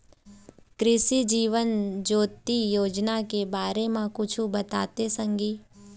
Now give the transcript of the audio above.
कृसि जीवन ज्योति योजना के बारे म कुछु बताते संगी